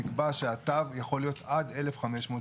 נקבע שהתו יכול להיות עד כ-1,500 ₪.